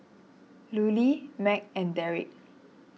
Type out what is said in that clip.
Lulie Mack and Darrick